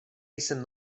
jsem